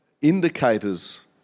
indicators